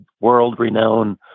world-renowned